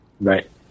Right